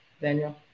Daniel